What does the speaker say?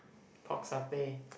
talk something